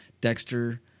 Dexter